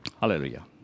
Hallelujah